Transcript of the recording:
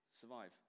survive